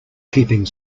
keeping